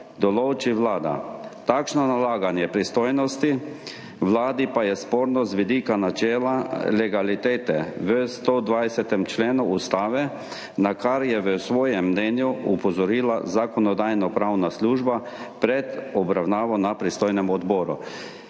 določi Vlada. Takšno nalaganje pristojnosti Vladi je sporno z vidika načela legalitete v 120. členu Ustave, na kar je v svojem mnenju opozorila Zakonodajno-pravna služba pred obravnavo na pristojnem odboru.